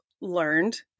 learned